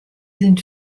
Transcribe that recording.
sind